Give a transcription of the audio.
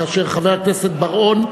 כאשר חבר הכנסת בר-און,